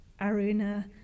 aruna